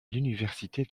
l’université